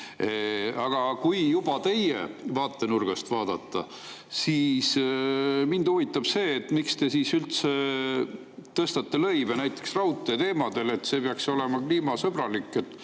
Aga kui juba teie vaatenurgast vaadata, siis mind huvitab see, et miks te siis üldse tõstate lõive näiteks raudtee[valdkonnas]. See peaks olema kliimasõbralik.